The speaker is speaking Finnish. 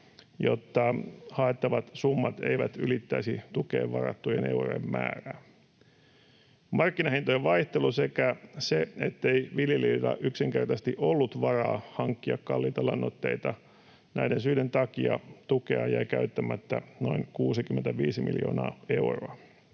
jotta haettavat summat eivät ylittäisi tukeen varattujen eurojen määrää. Markkinahintojen vaihtelun sekä sen takia, ettei viljelijöillä yksinkertaisesti ollut varaa hankkia kalliita lannoitteita, tukea jäi käyttämättä noin 65 miljoonaa euroa.